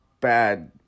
bad